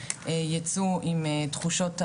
ייצאו עם תחושות אחרות,